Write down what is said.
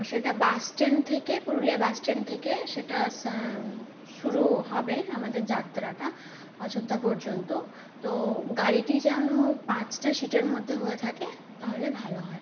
সেটা বাসস্ট্যান্ড থেকে পুরুলিয়া বাসস্ট্যান্ড থেকে সেটা শুরু হবে আমাদের যাত্রাটা অযোধ্যা পর্যন্ত তো গাড়িটি যেন পাঁচটা সিটের মধ্যে হয়ে থাকে তাহলে ভালো হয়